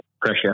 pressure